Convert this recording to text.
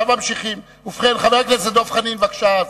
חבר הכנסת דב חנין, בבקשה.